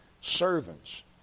servants